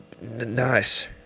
Nice